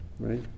Right